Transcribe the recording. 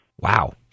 Wow